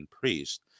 priest